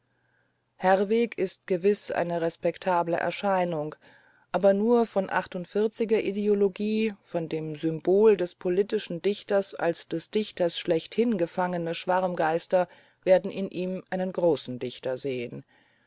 herwegh ist gewiß eine respektable erscheinung aber nur von achtundvierziger ideologie von dem symbol des politischen dichters als des dichters schlechthin gefangene schwarmgeister werden in ihm einen großen dichter sehen